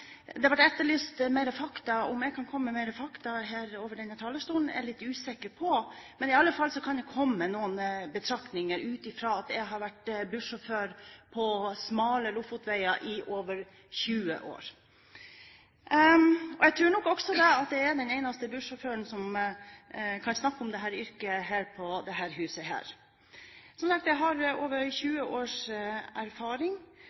det var etterlyst flere fakta. Om jeg kan komme med flere fakta fra denne talerstolen, er jeg litt usikker på. Men iallfall kan jeg komme med noen betraktninger ut fra at jeg har vært busssjåfør på smale veier i Lofoten i over 20 år. Jeg tror nok også at jeg er den eneste bussjåføren som kan snakke om dette yrket i dette huset. Som sagt: Jeg har over 20 års erfaring.